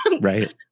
Right